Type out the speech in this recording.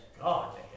God